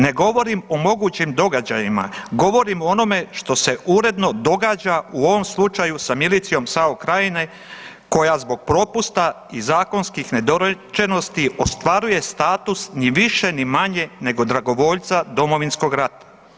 Ne govorim o mogućim događajima, govorim o onome što se uredno događa u ovom slučaju sa milicijom SAO Krajine koja zbog propusta i zakonskih nedorečenosti ostvaruje status ni više ni manje nego dragovoljca Domovinskog rata.